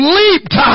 leaped